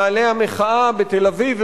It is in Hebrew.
מאהלי המחאה בתל-אביב,